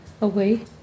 away